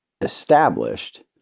established